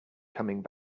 coming